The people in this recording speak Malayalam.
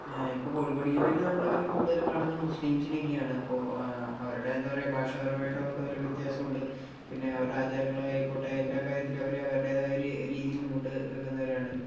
ഇപ്പം കോഴിക്കോട് ജില്ലയിൽ നമ്മളിങ്ങനെ കൂടുതലും കാണുന്നത് മുസ്ലിംസിനെ ഒക്കെ ആണ് അപ്പം അവരുടെ എന്താ പറയുക ഭാഷാപരമായിട്ട് അവർക്ക് നല്ല വ്യത്യാസം ഉണ്ട് പിന്നെ അവരുടെ ആചാരങ്ങൾ ആയിക്കോട്ടെ എല്ലാ കാര്യത്തിനും അവരവരുടെ അവരുടേതായ ഒരു രീതി മുന്നോട്ട് വെക്കുന്നവരാണ്